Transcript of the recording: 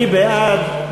מי בעד?